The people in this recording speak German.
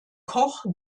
koch